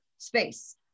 space